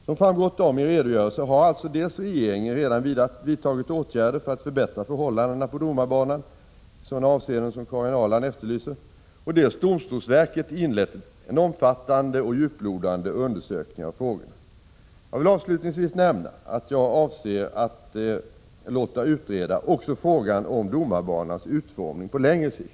Som framgått av min redogörelse har alltså dels regeringen redan vidtagit åtgärder för att förbättra förhållandena på domarbanan i sådana avseenden som Karin Ahrland efterlyser, dels domstolsverket inlett en omfattande och djuplodande undersökning av frågorna. Jag vill avslutningsvis nämna att jag avser att låta utreda också frågan om domarbanans utformning på längre sikt.